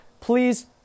Please